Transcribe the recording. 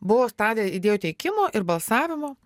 buvo stadija idėjų teikimo ir balsavimo